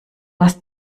hast